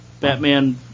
Batman